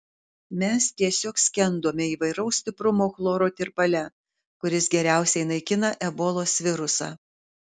mes tiesiog skendome įvairaus stiprumo chloro tirpale kuris geriausiai naikina ebolos virusą